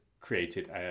created